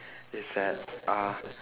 it's at uh